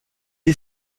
est